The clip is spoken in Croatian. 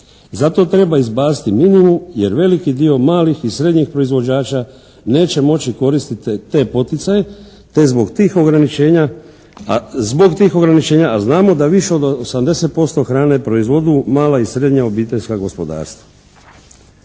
Zato treba izbaciti minimum jer veliki dio malih i srednjih proizvođača neće moći koristiti te poticaje, te zbog tih ograničenja, a zbog tih ograničenja, a znamo da više od 80% hrane proizvodu mala i srednja obiteljska gospodarstva.